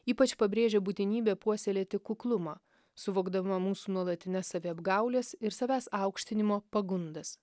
ypač pabrėžia būtinybę puoselėti kuklumą suvokdama mūsų nuolatines saviapgaulės ir savęs aukštinimo pagundas